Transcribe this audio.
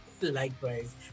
Likewise